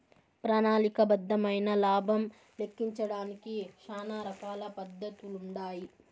ప్రణాళిక బద్దమైన లాబం లెక్కించడానికి శానా రకాల పద్దతులుండాయి